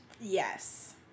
Yes